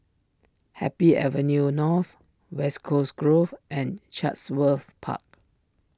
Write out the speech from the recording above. Happy Avenue North West Coast Grove and Chatsworth Park